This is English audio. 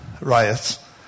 riots